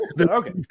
Okay